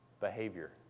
behavior